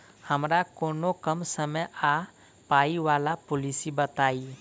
हमरा कोनो कम समय आ पाई वला पोलिसी बताई?